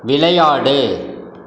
விளையாடு